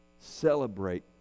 Celebrate